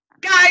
Guys